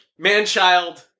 Manchild